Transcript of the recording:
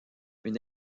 une